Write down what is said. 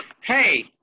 Hey